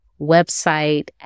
website